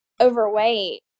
overweight